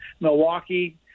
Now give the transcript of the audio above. Milwaukee